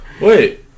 Wait